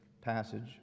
passage